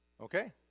Okay